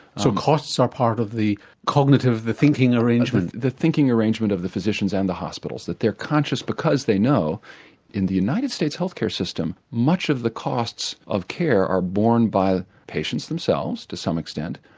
so costs are part of the cognitive, the thinking arrangement? the thinking arrangement of the physicians and the hospitals, that they are conscious because they know in the united states health care system much of the costs of care are born by the patients themselves to some extent,